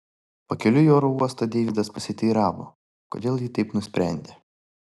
pakeliui į oro uostą deividas pasiteiravo kodėl ji taip nusprendė